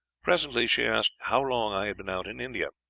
presently she asked how long i had been out in india?